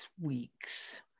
weeks